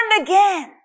again